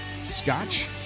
scotch